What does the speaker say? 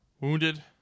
Wounded